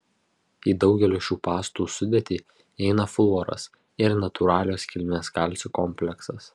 į daugelio šių pastų sudėtį įeina fluoras ir natūralios kilmės kalcio kompleksas